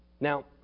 Now